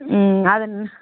ம் அதை